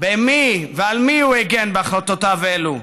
במי ועל מי הוא הגן בהחלטותיו אלה?